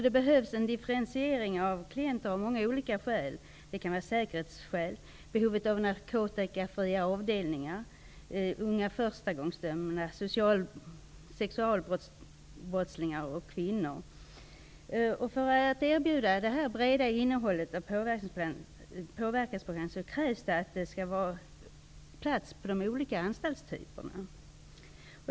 Det behövs en differentiering av klienter av många olika skäl; säkerhetsskäl, behov av narkotikafria avdelningar, unga förstagångsdömda, sexualbrottslingar och kvinnor. För att erbjuda detta breda innehåll och påverkansprogram krävs det att det finns plats på de olika anstaltstyperna.